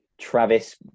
Travis